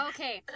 Okay